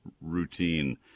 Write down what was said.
routine